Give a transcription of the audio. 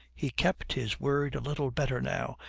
he kept his word a little better now,